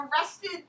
arrested